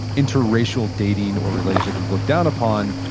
interracial dating or relationships was looked down upon.